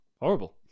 horrible